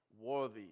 Worthy